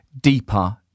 deeper